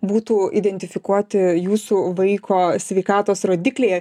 būtų identifikuoti jūsų vaiko sveikatos rodikliai